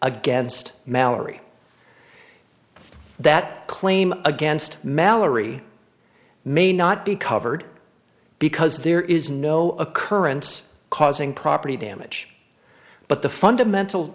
against mallory that claim against mallory may not be covered because there is no occurrence causing property damage but the fundamental